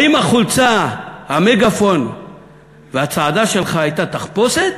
האם החולצה, המגאפון והצעדה שלך היו תחפושת,